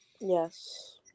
Yes